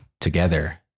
together